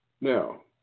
Now